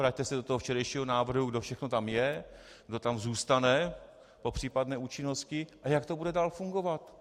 Vraťte se do toho včerejšího návrhu, kdo všechno tam je, kdo tam zůstane po případné účinnosti a jak to bude dál fungovat.